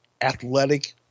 athletic